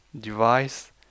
device